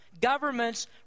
Governments